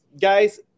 Guys